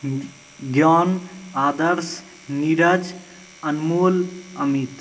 ज्ञान आदर्श नीरज अनमोल अमित